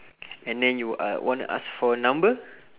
and then you uh want to ask for her number